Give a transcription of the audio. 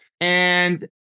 And-